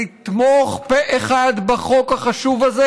לתמוך פה אחד בחוק החשוב הזה,